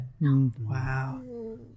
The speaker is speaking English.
Wow